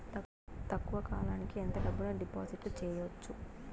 తక్కువ కాలానికి ఎంత డబ్బును డిపాజిట్లు చేయొచ్చు?